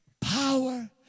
Power